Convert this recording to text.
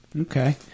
Okay